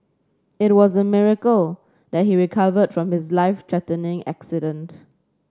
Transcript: it was a miracle that he recovered from his life threatening accident